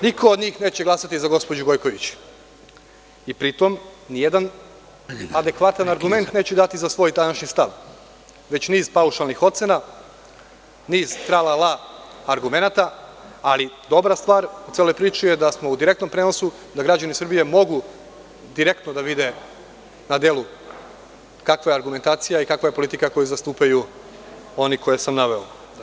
Niko od njih neće glasati za gospođu Gojković i pri tome ni jedan adekvatan argument neće dati za svoj današnji stav, već niz paušalnih ocena, niz tra-la-la argumenata, ali dobra stvar u celoj priči je da smo u direktnom prenosu, da građani Srbije mogu direktno da vide na delu kakva je argumentacija i kakva je politika a koju zastupaju oni koje sam naveo.